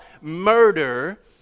murder